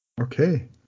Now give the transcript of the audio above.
okay